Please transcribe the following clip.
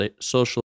social